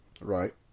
Right